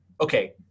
Okay